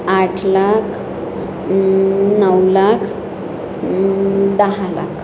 आठ लाख नऊ लाख दहा लाख